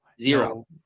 Zero